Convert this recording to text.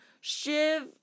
Shiv